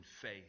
faith